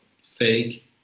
fake